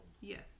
Yes